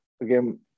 again